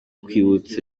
kwibutsa